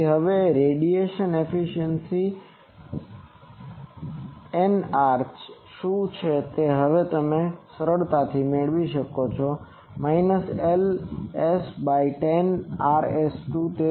તેથી હવે radiation efficiency ηr શું હશે અથવા તે છે કે તમે તે સરળતાથી મેળવી શકો છો માઇનસ Ls બાય 10 Rs2